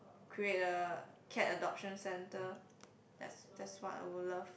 create a cat adoption centre that's that's what I would love